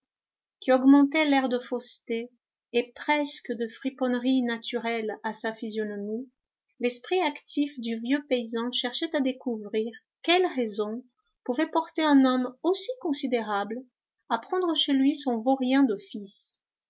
qui augmentait l'air de fausseté et presque de friponnerie naturel à sa physionomie l'esprit actif du vieux paysan cherchait à découvrir quelle raison pouvait porter un homme aussi considérable à prendre chez lui son vaurien